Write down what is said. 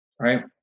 right